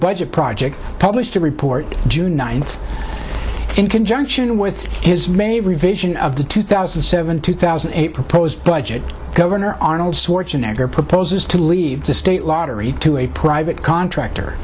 budget project published to report june ninth in conjunction with his many revision of the two thousand and seven two thousand and eight proposed budget governor arnold schwarzenegger proposes to leave the state lottery to a private contractor